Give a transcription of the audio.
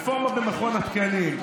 רפורמות במכון התקנים,